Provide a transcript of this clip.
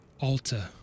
altar